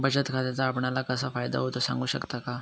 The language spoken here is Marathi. बचत खात्याचा आपणाला कसा फायदा होतो? सांगू शकता का?